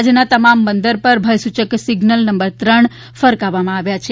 રાજ્યના તમામ બંદરો ઉપર ભયસૂચક સિઝનલ નંબર ત્રણ ફરકાવવામાં આવ્યા છે